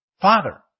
Father